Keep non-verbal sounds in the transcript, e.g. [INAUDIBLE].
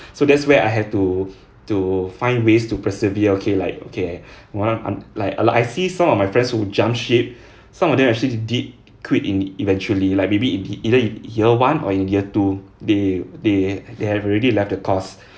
so that's where I had to to find ways to persevere okay like okay [BREATH] one of my I'm like uh like I see some of my friends who jumped ship [BREATH] some of them actually did quit in eventually like maybe in the either in year one or in year two they they they have already left the course [BREATH]